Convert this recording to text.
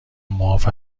معاف